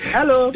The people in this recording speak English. Hello